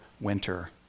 winter